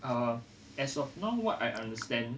uh as of now what I understand